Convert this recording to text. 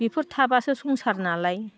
बेफोर थाबासो संसार नालाय